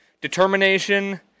Determination